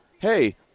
hey